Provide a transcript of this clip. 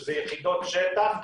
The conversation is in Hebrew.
שזה יחידות שטח,